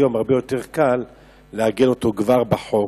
היום הרבה יותר קל לעגן זאת כבר בחוק,